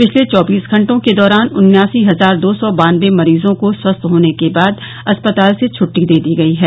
पिछले चौबीस घंटों के दौरान उन्यासी हजार दो सौ बानवे मरीजों को स्वस्थ होने के बाद अस्पताल से छुट्टी दे दी गई है